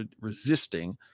resisting